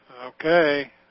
Okay